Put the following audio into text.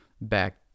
back